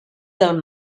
del